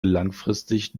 langfristig